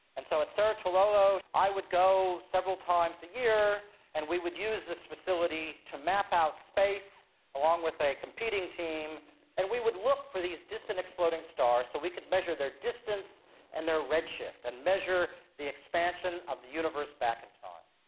so at cerro tololo i would go several times a year and we would use this facility to map out space along with a competing team and we would look for these distant exploding stars so we could measure their distance and their redshift and measure the expansion of the universe back in time.